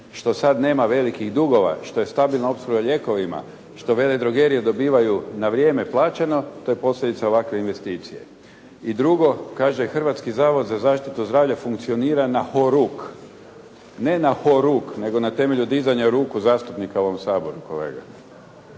što sad nema velikih dugova, što je stabilna opskrba lijekovima, što veledrogerije dobivaju na vrijeme plaćeno to je posljedica ovakve investicije. I drugo, kaže Hrvatski zavod za zaštitu zdravlja funkcionira na horuk. Ne na horuk nego na temelju dizanja ruku zastupnika u ovom Saboru kolega.